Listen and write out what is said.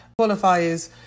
qualifiers